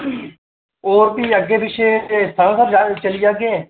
होर भी अग्गें पिच्छें सनासर जा चली जाह्गे